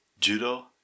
judo